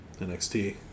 NXT